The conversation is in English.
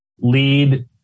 lead